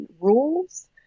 rules